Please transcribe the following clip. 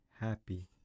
happy